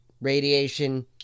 Radiation